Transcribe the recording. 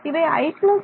இவை i 1 இவை i − 1